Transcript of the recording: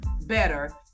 better